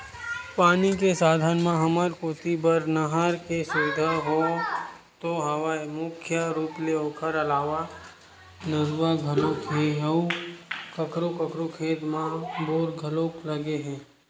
पानी के साधन म हमर कोती बर नहर के सुबिधा तो हवय मुख्य रुप ले ओखर अलावा नरूवा घलोक हे अउ कखरो कखरो खेत म बोर घलोक लगे हे